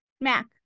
Mac